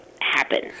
happen